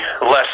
less